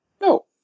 No